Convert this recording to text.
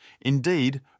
Indeed